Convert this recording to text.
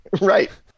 Right